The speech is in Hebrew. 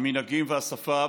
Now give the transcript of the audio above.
המנהגים והשפה.